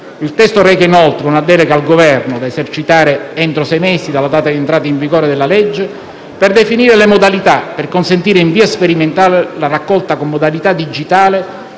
Il testo reca inoltre una delega al Governo, da esercitare entro sei mesi dalla data di entrata in vigore della legge, per definire le modalità per consentire in via sperimentale la raccolta con modalità digitale